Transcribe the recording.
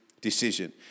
decision